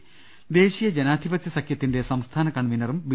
ദർവ്വെട്ടറ ദേശീയ ജനാധിപത്യ സഖ്യത്തിന്റെ സംസ്ഥാന കൺവീനറും ബി